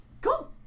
Cool